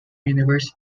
university